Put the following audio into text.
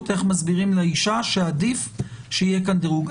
איך מסבירים לאישה שעדיף שיהיה כאן דירוג.